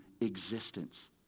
existence